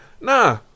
nah